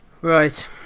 Right